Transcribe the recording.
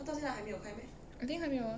I think 还没有 ah